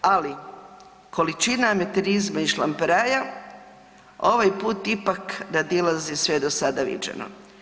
Ali količina amaterizma i šlamperaja ovaj put ipak nadilazi sve do sada viđeno.